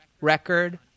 record